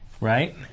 right